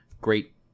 great